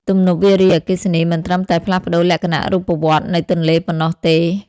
ទំនប់វារីអគ្គិសនីមិនត្រឹមតែផ្លាស់ប្តូរលក្ខណៈរូបវន្តនៃទន្លេប៉ុណ្ណោះទេ។